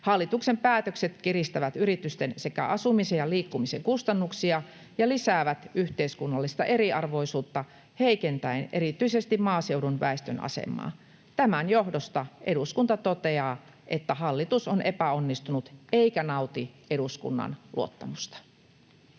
Hallituksen päätökset kiristävät yritysten sekä asumisen ja liikkumisen kustannuksia ja lisäävät yhteiskunnallista eriarvoisuutta heikentäen erityisesti maaseudun väestön asemaa. Tämän johdosta eduskunta toteaa, että hallitus on epäonnistunut eikä nauti eduskunnan luottamusta.”